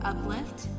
Uplift